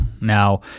Now